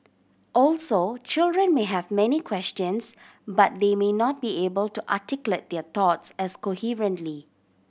also children may have many questions but they may not be able to articulate their thoughts as coherently